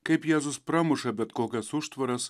kaip jėzus pramuša bet kokias užtvaras